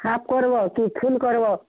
half କରବୋ କି full କରବୋ